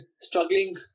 struggling